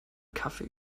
kaffee